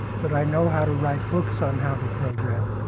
but i know how to write books on how to program.